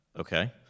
Okay